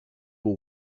will